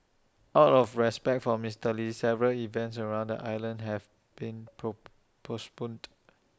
out of respect for Mister lee several events around the island have been postponed